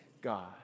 God